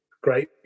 great